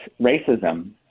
racism